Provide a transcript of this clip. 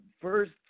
first